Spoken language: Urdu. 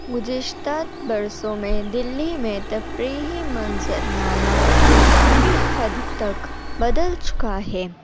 گزشتہ برسوں میں دلی میں تفریحی منظر نامہ کافی حد تک بدل چکا ہے